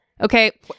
Okay